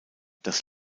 das